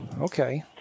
Okay